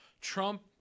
Trump